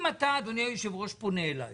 אם אתה אדוני היושב ראש פונה אלי